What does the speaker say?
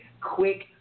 quick